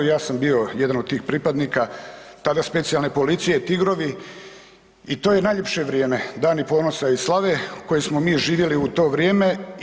Ja sam bio jedan od tih pripadnika tada specijalne policije Tigrovi i to je najljepše vrijeme, dani ponosa i slave koje smo mi živjeli u to vrijeme.